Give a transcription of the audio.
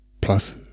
plus